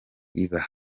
iba